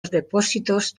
depósitos